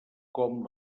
com